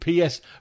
PS